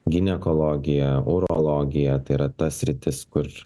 ginekologiją urologiją tai yra ta sritis kur